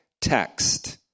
text